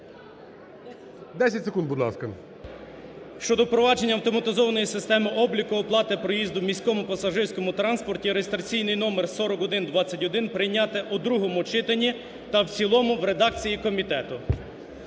секунд, будь ласка. ВАСЮНИК І.В. …щодо впровадження автоматизованої системи обліку оплати проїзду в міському пасажирському транспорті (реєстраційний номер 4121) прийняти у другому читанні та в цілому в редакції комітету.